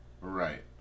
Right